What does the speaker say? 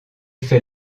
fait